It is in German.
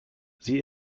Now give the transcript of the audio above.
sie